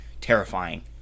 terrifying